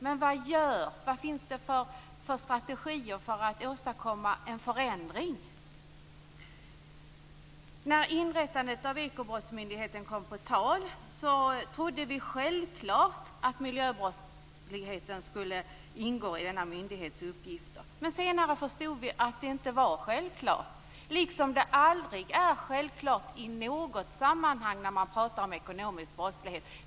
Men vad finns det för strategier för att åstadkomma en förändring? När inrättandet av Ekobrottsmyndigheten kom på tal trodde vi självklart att miljöbrottsligheten skulle ingå i denna myndighets uppgifter. Men senare förstod vi att det inte var självklart, liksom det aldrig är självklart i något sammanhang när man pratar om ekonomisk brottslighet.